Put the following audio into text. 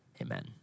amen